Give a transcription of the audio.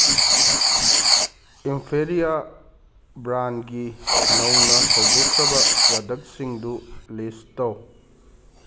Imperia ꯕ꯭ꯔꯥꯟꯒꯤ ꯅꯧꯅ ꯍꯧꯗꯣꯛꯈ꯭ꯔꯕ ꯄ꯭ꯔꯗꯛꯁꯤꯡꯗꯨ ꯂꯤꯁ ꯇꯧ